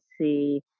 see